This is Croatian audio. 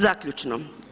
Zaključno.